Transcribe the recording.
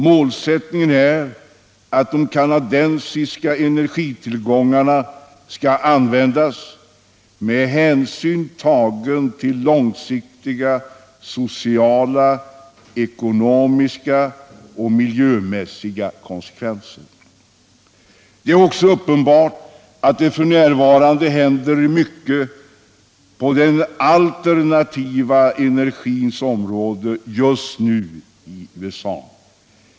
Målsättningen är att de kanadensiska energitillgångarna skall användas med hänsyn tagen till långsiktiga sociala, ekonomiska och miljömässiga konsekvenser. Det är också uppenbart, att det f. n. händer mycket på den alternativa energins område i USA just nu.